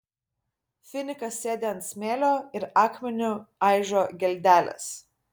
finikas sėdi ant smėlio ir akmeniu aižo geldeles